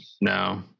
No